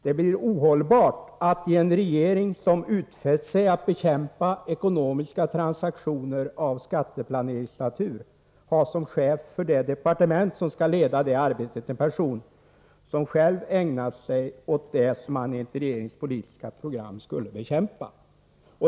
Det blir ohållbart att i en regering som utfäst sig att bekämpa ekonomiska transaktioner av skatteplaneringsnatur som chef för det depar 91 tement som skall leda arbetet ha en person som själv ägnar sig åt det som han enligt regeringens politiska program skall bekämpa.